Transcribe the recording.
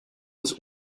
was